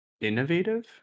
innovative